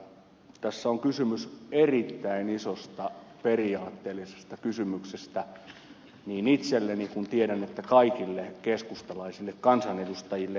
tässä on kysymys erittäin isosta periaatteellisesta kysymyksestä niin itselleni kuin tiedän kaikille keskustalaisille kansanedustajille